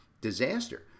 disaster